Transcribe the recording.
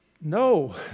no